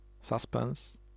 Suspense